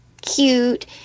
cute